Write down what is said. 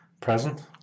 present